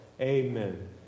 Amen